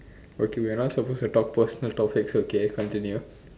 okay we are not supposed to talk personal topics okay continue